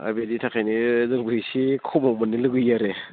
आरो बेनि थाखायनो जोंबो इसे खमाव मोननो लुगैयो आरो